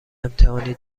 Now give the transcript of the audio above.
امتحانی